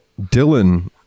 Dylan